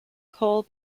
coal